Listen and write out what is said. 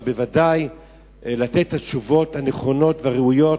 אבל בוודאי לתת את התשובות הנכונות והראויות.